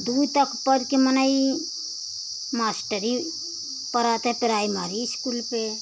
दो तक पढ़कर मने मास्टरी पढ़ाते प्राइमरी इस्कूल पर